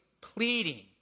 pleading